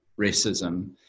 racism